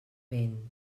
vent